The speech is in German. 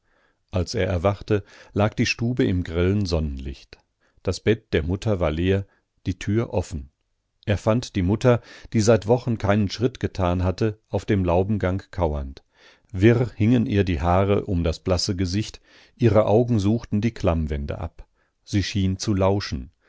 als er erwachte lag die stube im grellen sonnenlicht das bett der mutter war leer die tür offen er fand die mutter die seit wochen keinen schritt getan hatte auf dem laubengang kauernd wirr hingen ihr die haare um das blasse gesicht ihre augen suchten die klammwände ab sie schien zu lauschen